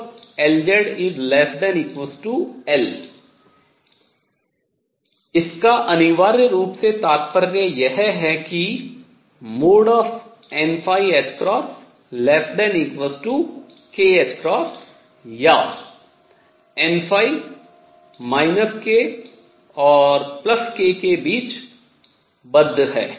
≤L इसका अनिवार्य रूप से तात्पर्य यह है कि n ℏ≤kℏ या n k और k के बीच बद्ध है